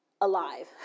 alive